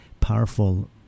powerful